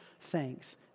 thanks